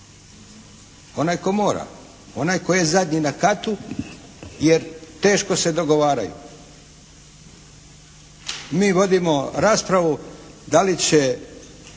Onaj tko mora. Onaj koji je zadnji na katu, jer teško se dogovaraju. Mi vodimo raspravu da li će